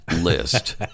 list